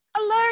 Alert